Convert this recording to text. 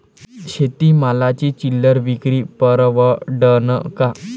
शेती मालाची चिल्लर विक्री परवडन का?